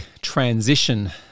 transition